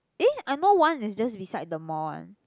eh I know one is just beside the mall one